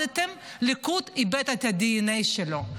הליכוד איבד את הדנ"א שלו.